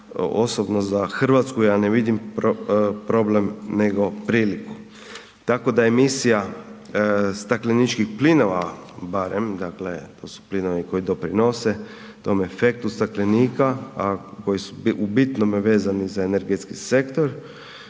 osobno za Hrvatsku ja ne vidim problem, nego priliku. Tako da emisija stakleničkih plinova barem, to su plinovi koji doprinose tom efektu staklenika, a koji su u bitnome vezani za energetski sektor,